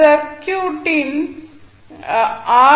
சர்க்யூட்டின் ஆர்